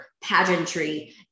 pageantry